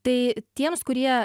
tai tiems kurie